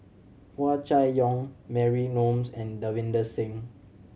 Hua Chai Yong Mary Gomes and Davinder Singh